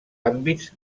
àmbits